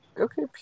Okay